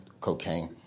cocaine